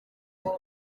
muntu